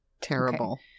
terrible